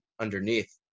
underneath